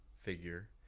figure